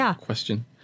Question